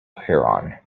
huron